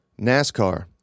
NASCAR